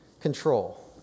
control